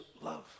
love